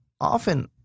often